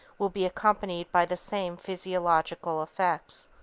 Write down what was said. will be accompanied by the same physiological effects.